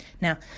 Now